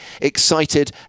excited